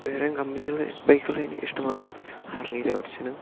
വേറെയും കമ്പനികളുടെ ബൈക്കുകൾ എനിക്ക് ഇഷ്ടമാണ് ഹാർളി ഡേവിഡ്സണും